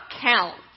counts